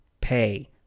Pay